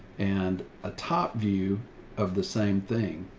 and a top view of the same thing,